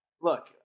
Look –